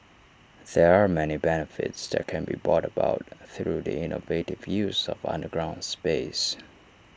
there are many benefits that can be brought about through the innovative use of underground space